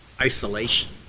isolation